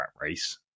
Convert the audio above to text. race